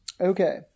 okay